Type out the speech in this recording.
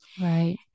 Right